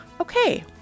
okay